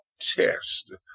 test